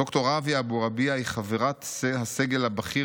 ד"ר ראויה אבורביעה היא חברת הסגל הבכיר